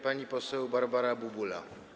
Pani poseł Barbara Bubula.